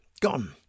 Gone